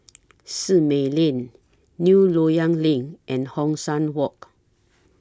Simei Lane New Loyang LINK and Hong San Walk